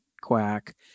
quack